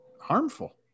harmful